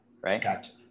Right